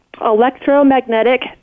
electromagnetic